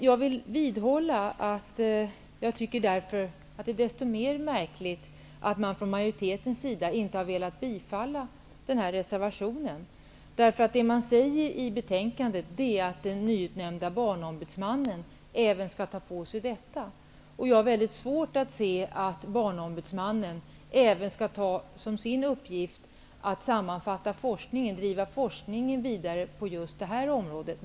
Jag vill dock vidhålla att jag därför tycker att det är desto mer märkligt att man från majoritetens sida inte har velat bifalla den här reservationen. I betänkandet sägs att den nyutnämnda Barnombudsmannen även skall ta på sig denna fråga. Jag har mycket svårt att se att Barnombudsmannen även skall kunna ta som sin uppgift att sammanfatta forskningen och driva forskningen vidare på just det här området.